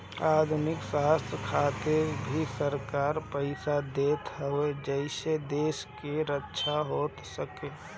आधुनिक शस्त्र खातिर भी सरकार पईसा देत हवे जेसे देश के रक्षा हो सके